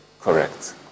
Correct